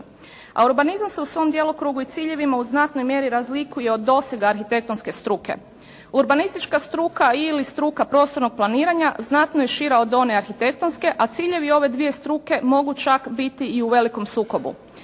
A urbanizam se u svom djelokrugu i ciljevima u znatnoj mjeri razlikuje od dosega arhitektonske struke. Urbanistička struka ili struka prostornog planiranja znatno je šira od one arhitektonske a ciljevi ove dvije struke mogu čak biti i u velikom sukobu.